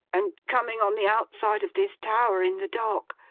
and coming on the outside of this tower in the dark,